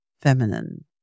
feminine